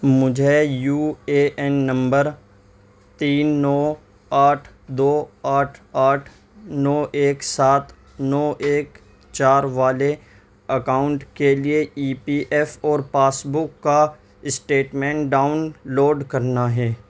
مجھے U A N نمبر تین نو آٹھ دو آٹھ آٹھ نو ایک سات نو ایک چار والے اکاؤنٹ کے لیے ای پی ایف اور پاس بک کا اسٹیٹمنٹ ڈاؤن لوڈ کرنا ہے